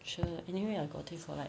sure anyway I got this for like